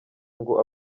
ngo